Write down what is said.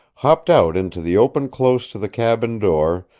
hopped out into the open close to the cabin door,